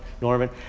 Norman